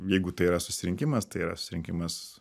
jeigu tai yra susirinkimas tai yra susirinkimas